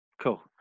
Cool